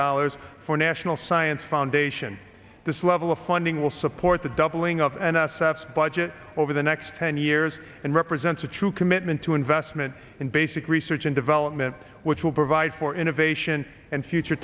dollars for national science foundation this level of funding will support the doubling of an s f budget over the next ten years and represents a true commitment to investment in basic research and development which will provide for innovation and future